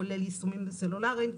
כולל יישומים סלולריים,